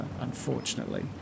unfortunately